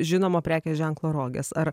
žinomo prekės ženklo rogės ar